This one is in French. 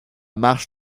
marche